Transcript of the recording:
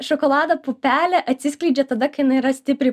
šokolado pupelė atsiskleidžia tada kai jinai yra stipriai